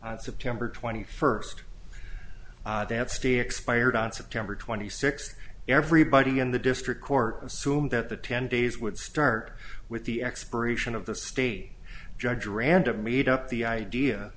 on september twenty first that stay expired on september twenty sixth everybody in the district court assumed that the ten days would start with the expiration of the state judge aranda meet up the idea